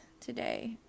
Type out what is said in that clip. today